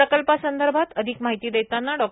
प्रकल्पासं र्भात अधिक माहिती पेतांना डॉ